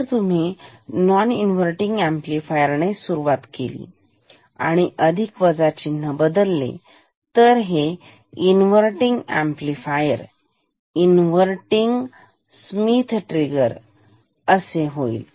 तर तुम्ही non inverting amplifier ने सुरुवात केली आणि अधिक वजा चिन्ह बदलले तर हे inverting amplifier inverting Schmitt trigger होईल